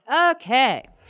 Okay